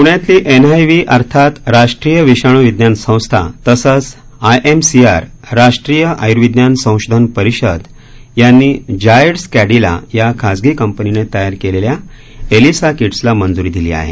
प्यातली NIV अर्थात राष्ट्रीय विषाणू विज्ञान संस्था तसंच आयसीएमआर राष्ट्रीय आयूर्विज्ञान संशोधन परिषद यांनी जायङ्स कंडिला या खासगी कंपनीने तयार केलेल्या एलिसा किट्सला मंजुरी दिली आहे